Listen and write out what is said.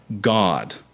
God